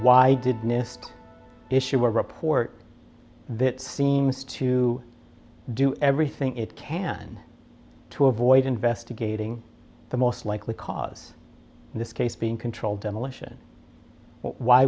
why didn't issue a report that seems to do everything it can to avoid investigating the most likely cause in this case being controlled demolition why